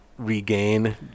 Regain